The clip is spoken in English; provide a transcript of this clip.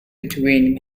between